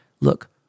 look